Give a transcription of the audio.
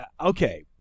okay